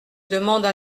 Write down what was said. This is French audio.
demandes